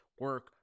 Work